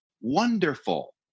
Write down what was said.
wonderful